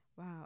Wow